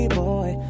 boy